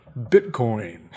Bitcoin